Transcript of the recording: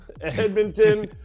Edmonton